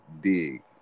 dig